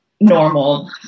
normal